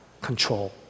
control